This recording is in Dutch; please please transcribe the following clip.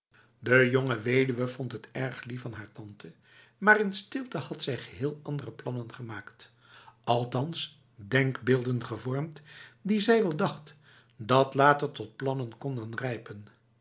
de jonge weduwe vond het erg lief van haar tante maar in stilte had zij geheel andere plannen gemaakt althans denkbeelden gevormd die zij wel dacht dat later tot plannen konden rijpen